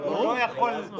הוא יהיה הדרגתי.